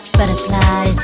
butterflies